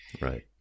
Right